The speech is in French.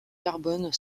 carbone